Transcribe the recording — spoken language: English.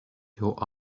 your